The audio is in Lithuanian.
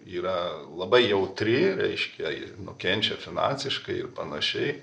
yra labai jautri reiškia ji nukenčia finansiškai ir panašiai